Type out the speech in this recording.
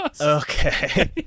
Okay